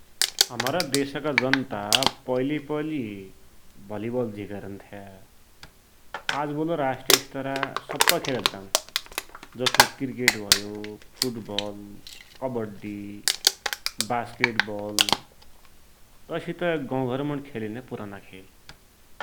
हमरा दिशका जनता पैलिपैली भलिबल झिक हेरुन्थ्यॉ। आजभोल राष्ट्रिय स्तरका सप्पै खेल हेद्दान। जसो क्रिकेट भयो, फुटबल भयो, कबड्डी, बास्केटबल, तैसित गौघरमुणि खेलिन्या पुराना खेल।